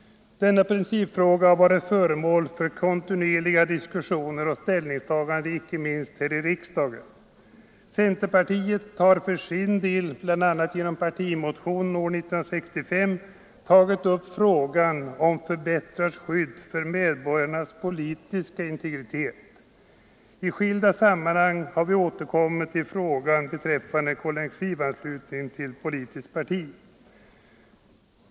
Denna principfråga har varit föremål för kontinuerliga diskussioner och ställningstaganden icke minst här i riksdagen. Centerpartiet har för sin del — bl.a. genom partimotion år 1965 — tagit upp frågan om förbättrat skydd för medborgarnas politiska integritet. I skilda sammanhang har vi återkommit till frågan om kollektiv anslutning till politiskt parti.